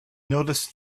noticed